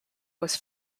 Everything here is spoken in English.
was